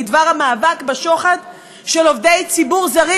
בדבר המאבק בשוחד של עובדי ציבור זרים,